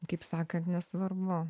kaip sakant nesvarbu